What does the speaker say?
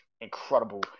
incredible